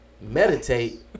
meditate